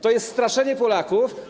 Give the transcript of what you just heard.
To jest straszenie Polaków.